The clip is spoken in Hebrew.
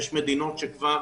יש מדינות שכבר